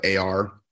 AR